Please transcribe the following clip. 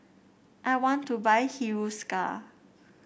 I want to buy Hiruscar